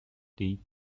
deep